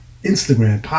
Instagram